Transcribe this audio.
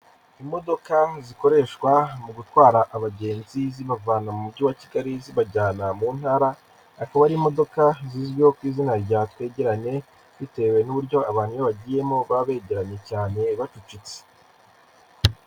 Imodoka zikoreshwa mu gutwara abagenzi zibavana mu mujyi wa Kigali zibajyana mu ntara, akaba ari imodoka zizwiho ku izina rya twegeranye bitewe n'uburyo abantu bagiyemo baba begeranye cyane bacucitse.